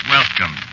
Welcome